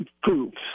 groups